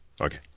Okay